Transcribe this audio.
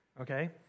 okay